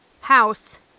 house